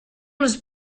was